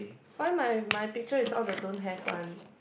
why my my picture is all the don't have one